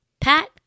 Pat